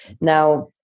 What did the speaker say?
Now